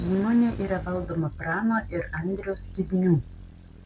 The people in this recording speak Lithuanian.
įmonė yra valdoma prano ir andriaus kiznių